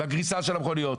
בגריסת המכוניות.